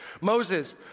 Moses